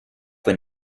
wenn